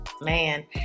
man